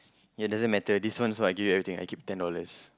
ya it doesn't matter this one also I give everything I keep ten dollars